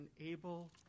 unable